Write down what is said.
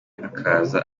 akaza